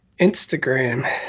Instagram